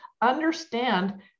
understand